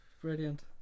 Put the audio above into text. Brilliant